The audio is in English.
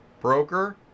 Broker